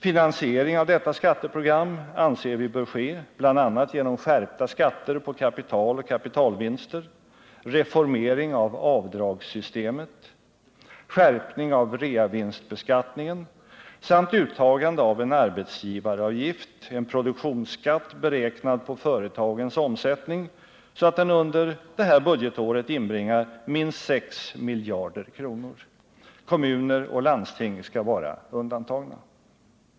Finansiering av detta skatteprogram anser vi bör ske bl.a. genom skärpta skatter på kapital och kapitalvinster, reformering av avdragssystemet, skärpning av reavinstbeskattningen samt uttagande av en arbetsgivaravgift, en produktionsskatt beräknad på företagens omsättning, så att den under det här budgetåret inbringar minst 6 miljarder kronor. Kommuner och landsting skall vara undantagna.